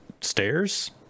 stairs